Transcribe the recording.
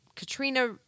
Katrina